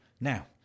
Now